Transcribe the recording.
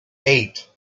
eight